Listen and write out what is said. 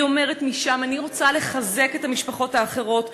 היא אומרת משם: אני רוצה לחזק את המשפחות האחרות.